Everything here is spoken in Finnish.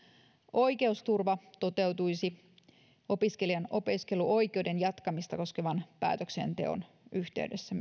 oikeusturva toteutuisi opiskelijan opiskeluoikeuden jatkamista koskevan päätöksenteon yhteydessä